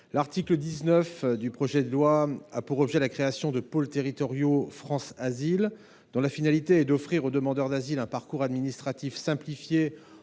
L’article 19 du projet de loi a pour objet la création de pôles territoriaux « France asile », dont la finalité est d’offrir aux demandeurs d’asile un parcours administratif simplifié